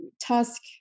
Tusk